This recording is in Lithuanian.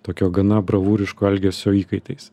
tokio gana bravūriško elgesio įkaitais